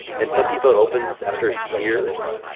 and some people it opens after years,